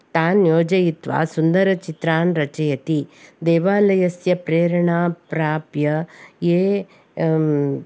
तान् योजयित्वा सुन्दरचित्रान् रचयति देवालयस्य प्रेरणा प्राप्य ये